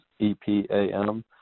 EPAM